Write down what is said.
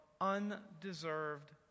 undeserved